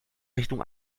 richtung